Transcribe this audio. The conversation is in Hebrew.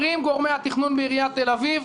אומרים גורמי התכנון בעיריית תל אביב: